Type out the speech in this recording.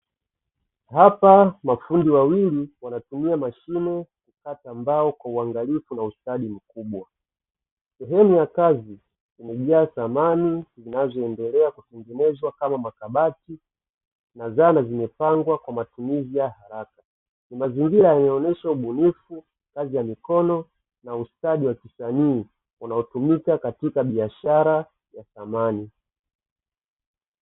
Hapa mafundi wawili wanatumia mashine kukata mbao kwa uangalifu na ustadi mkubwa. Sehemu ya kazi imejaa samani zinazoendelea kutengenezwa kama makabati na dhana zimepangwa kwa matumizi ya haraka. Ni mazingira yanayoonesha ubunifu, kazi ya mikono na ustadi wa kisanii unaotumika katika biashara ya samani.